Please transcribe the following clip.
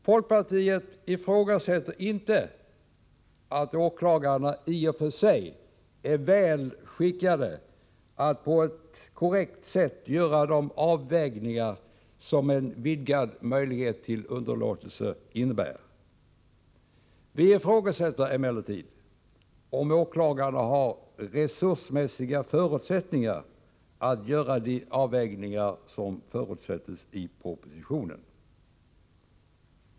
Folkpartiet ifrågasätter inte att åklagarna i och för sig är väl skickade att på ett korrekt sätt göra de avvägningar som en vidgad möjlighet till åtalsunderlåtelse innebär. Vi ifrågasätter emellertid om åklagarna har resursmässiga förutsättningar att göra de avvägningar som förutsätts i propositionen.